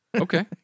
Okay